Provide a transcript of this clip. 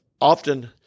often